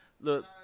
look